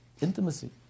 intimacy